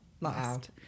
last